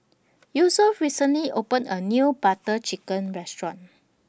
Yosef recently opened A New Butter Chicken Restaurant